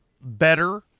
better